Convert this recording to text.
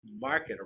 market